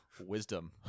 wisdom